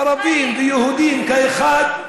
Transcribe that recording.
ערבים ויהודים כאחד,